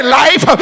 life